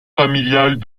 familiale